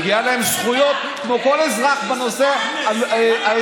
מגיעות להם זכויות כמו כל אזרח בנושא האזרחי,